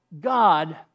God